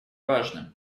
важным